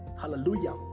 Hallelujah